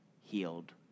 healed